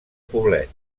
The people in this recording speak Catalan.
poblet